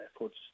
efforts